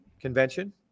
convention